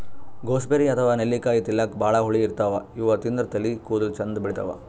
gooseberry ಅಥವಾ ನೆಲ್ಲಿಕಾಯಿ ತಿಲ್ಲಕ್ ಭಾಳ್ ಹುಳಿ ಇರ್ತವ್ ಇವ್ ತಿಂದ್ರ್ ತಲಿ ಕೂದಲ ಚಂದ್ ಬೆಳಿತಾವ್